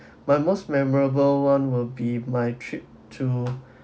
my most memorable one will be my trip to